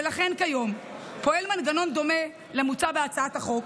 ולכן, כיום פועל מנגנון דומה למוצע בהצעת החוק,